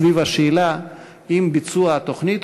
סביב השאלה אם ביצוע התוכנית,